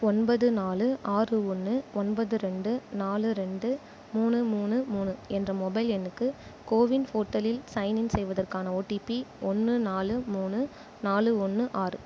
ஒன்பது நாலு ஆறு ஒன்று ஒன்பது ரெண்டு நாலு ரெண்டு மூணு மூணு மூணு என்ற மொபைல் எண்ணுக்கு கோவின் போர்ட்டலில் சைன்இன் செய்வதற்கான ஓடிபி ஒன்று நாலு மூணு நாலு ஒன்று ஆறு